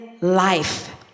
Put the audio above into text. life